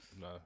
No